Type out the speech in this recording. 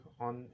on